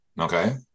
Okay